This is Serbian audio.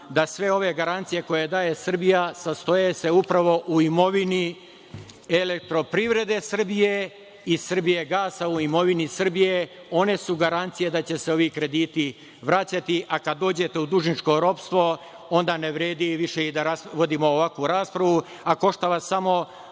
da sve ove garancije koje daje Srbija sastoje se upravo u imovini „Elektroprivrede Srbije“ i „Srbijagasa“ u imovini Srbije, one su garancije da će se ovi krediti vraćati, a kada dođete u dužničko ropstvo onda ne vredi više ni da vodimo ovakvu raspravu, a košta vas samo